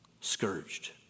scourged